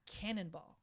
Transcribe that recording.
cannonball